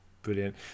Brilliant